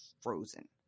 frozen